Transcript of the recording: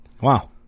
Wow